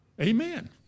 Amen